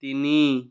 তিনি